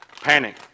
Panic